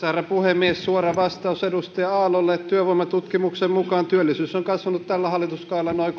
herra puhemies suora vastaus edustaja aallolle työvoimatutkimuksen mukaan työllisyys on kasvanut tällä hallituskaudella noin